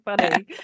funny